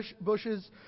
bushes